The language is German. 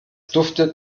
duftet